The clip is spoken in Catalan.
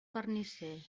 carnisser